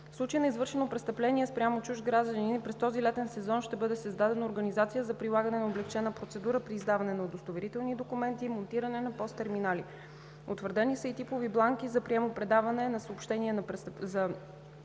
В случай на извършено престъпление спрямо чужд гражданин през този летен сезон ще бъде създадена организация за прилагане на облекчена процедура при издаване на удостоверителни документи и монтиране на пос терминали. Утвърдени са и типови бланки за приемо-предаване на съобщения за престъпления,